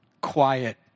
Quiet